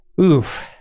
oof